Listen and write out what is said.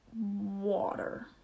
water